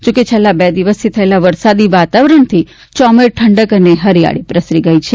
જોકે છેલ્લાં બે દિવસથી થયેલા વરસાદી વાતાવરણથી ચોમેર ઠંડક અને હરિયાળી પ્રસરી ગઈ છે